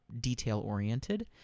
detail-oriented